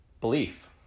belief